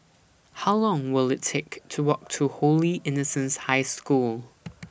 How Long Will IT Take to Walk to Holy Innocents' High School